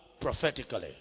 prophetically